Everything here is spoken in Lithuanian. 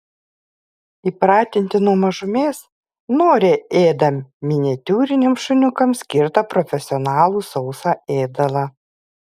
įpratinti nuo mažumės noriai ėda miniatiūriniams šuniukams skirtą profesionalų sausą ėdalą